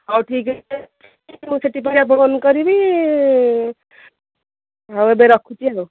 ହେଉ ଠିକ୍ ଅଛି ମୁଁ ସେଥିପାଇଁ ଆପଣଙ୍କୁ ଫୋନ୍ କରିବି ଆଉ ଏବେ ରଖୁଛି ଆଉ